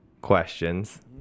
questions